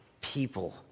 people